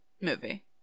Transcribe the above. movie